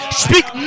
speak